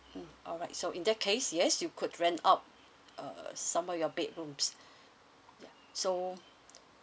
mm alright so in that case yes you could rent out err some of your bedrooms so